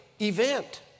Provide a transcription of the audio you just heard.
event